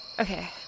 Okay